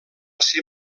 ser